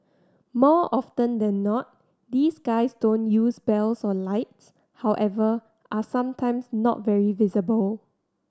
more often than not these guys don't use bells or lights however are sometimes not very visible